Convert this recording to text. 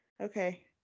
Okay